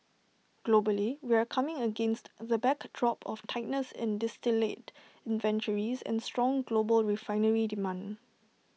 globally we're coming against the backdrop of tightness in distillate inventories and strong global refinery demand